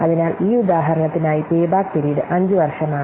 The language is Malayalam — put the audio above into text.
അതിനാൽ ഈ ഉദാഹരണത്തിനായി പേ ബാക്ക് പീരീഡ് 5 വർഷമാണ്